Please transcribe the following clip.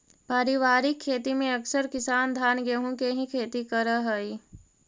पारिवारिक खेती में अकसर किसान धान गेहूँ के ही खेती करऽ हइ